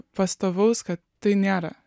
pastovaus kad tai nėra